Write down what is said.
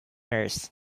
nurse